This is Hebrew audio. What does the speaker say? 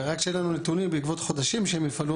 ורק כשיהיה לנו נתונים בעקבות חודשים שהם יפעלו,